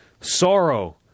sorrow